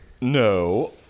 No